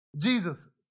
Jesus